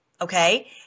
okay